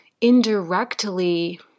indirectly